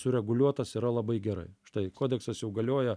sureguliuotas yra labai gerai štai kodeksas jau galioja